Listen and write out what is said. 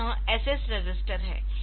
तो यह SS register है